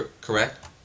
correct